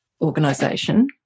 organization